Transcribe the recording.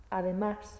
además